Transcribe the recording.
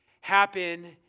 happen